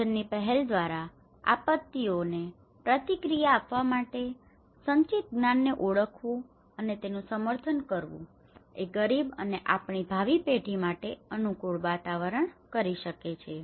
આયોજનની પહેલ દ્વારા આપત્તિઓને પ્રતિક્રિયા આપવા માટે સંચિત જ્ઞાનને ઓળખવું અને તેનું સમર્થન કરવું એ ગરીબ અને આપણી ભાવિ પેઢી માટે અનુકૂળ વાતાવરણ બનાવી શકે છે